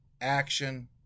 action